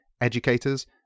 educators